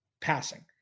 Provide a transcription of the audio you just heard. passing